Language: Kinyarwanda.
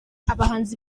abahanzi